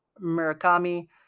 Murakami